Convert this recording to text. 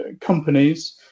companies